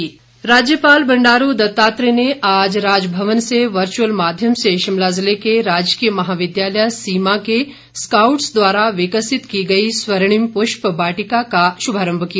राज्यपाल राज्यपाल बंडारू दत्तात्रेय ने आज राजभवन से वर्चअल माध्यम से शिमला ज़िले के राजकीय महाविद्यालय सीमा के स्काउट्स द्वारा विकसित की गई स्वर्णम पृष्प वाटिका का शुभारम्भ किया